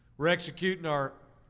we're executing our,